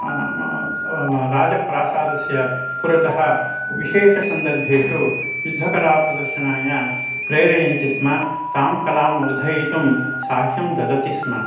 राजप्रासादस्य पुरतः विशेषसन्दर्भेषु युद्धकलाप्रदर्शनाय प्रेरयन्ति स्म तां कलां वर्धयितुं साह्यं ददति स्म